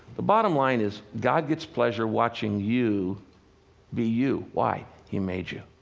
the bottom line is, god gets pleasure watching you be you. why? he made you.